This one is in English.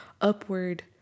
upward